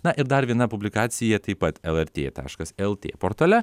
na ir dar viena publikacija taip pat lrt taškas lt portale